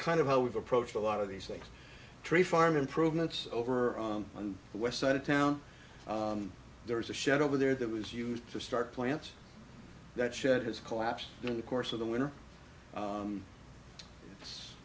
kind of how we've approached a lot of the same tree farm improvements over on the west side of town there is a shed over there that was used to start plants that shed has collapsed during the course of the winter it's